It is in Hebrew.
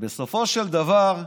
ובסופו של דבר,